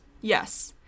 Yes